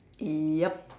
yup